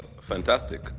fantastic